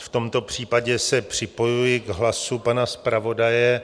V tomto případě se připojuji k hlasu pana zpravodaje.